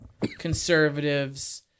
conservatives